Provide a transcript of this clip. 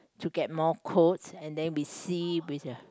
to get more quotes and then we see with the